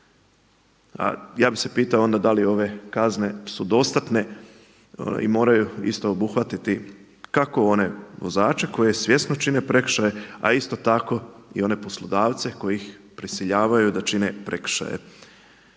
Ja bih se pitao da li ove kazne su dostatne i moraju isto obuhvatiti kako one vozače koji svjesno čine prekršaje, a isto tako i one poslodavce koji ih prisiljavaju da čine prekršaje.